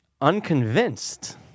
unconvinced